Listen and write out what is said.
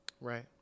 Right